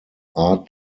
art